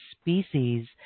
species